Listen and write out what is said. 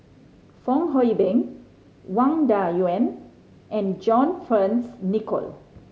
Fong Hoe Beng Wang Dayuan and John Fearns Nicoll